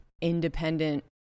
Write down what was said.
independent